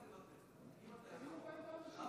פרשת המרגלים.